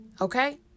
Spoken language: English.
okay